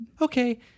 Okay